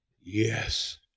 Yes